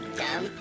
dumb